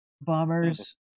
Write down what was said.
Bombers